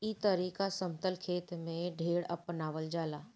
ई तरीका समतल खेत में ढेर अपनावल जाला